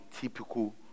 typical